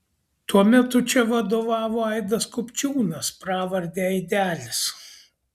tuo metu čia vadovavo aidas kupčiūnas pravarde aidelis